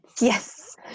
Yes